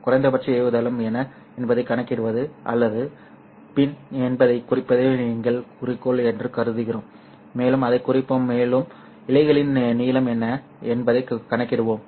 குறைந்தபட்ச ஏவுதளம் என்ன என்பதைக் கணக்கிடுவது அல்லது பின் என்பதைக் குறிப்பதே எங்கள் குறிக்கோள் என்று கருதுகிறோம் மேலும் அதைக் குறிப்போம் மேலும் இழைகளின் நீளம் என்ன என்பதைக் கணக்கிடுவோம்